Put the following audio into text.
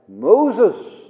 Moses